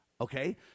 okay